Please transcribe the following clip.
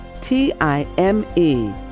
T-I-M-E